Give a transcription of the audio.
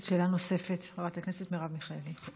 שאלה נוספת, חברת הכנסת מרב מיכאלי.